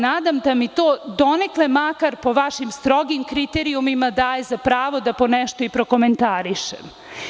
Nadam se da mi to donekle makar, po vašim strogim kriterijumima, daje za pravo da po nešto i prokomentarišem.